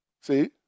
See